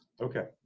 Okay